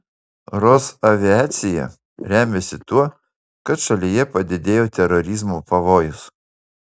rosaviacija remiasi tuo kad šalyje padidėjo terorizmo pavojus